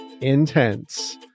intense